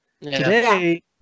Today